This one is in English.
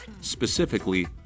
specifically